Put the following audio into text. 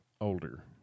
older